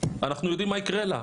אנחנו יודעים מה יקרה לה,